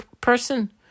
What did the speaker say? person